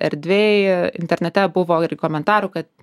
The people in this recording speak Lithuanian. erdvėj internete buvo ir komentarų kad